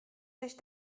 sich